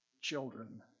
children